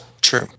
True